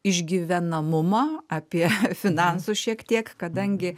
išgyvenamumą apie finansus šiek tiek kadangi